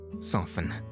soften